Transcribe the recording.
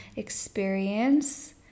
experience